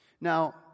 Now